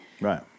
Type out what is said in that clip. Right